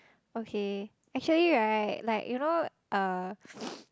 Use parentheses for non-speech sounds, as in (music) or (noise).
okay actually right like you know uh (noise)